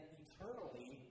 eternally